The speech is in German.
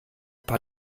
paar